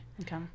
Okay